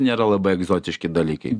nėra labai egzotiški dalykai